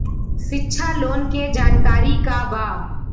शिक्षा लोन के जानकारी का बा?